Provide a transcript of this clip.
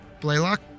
Blaylock